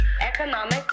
economic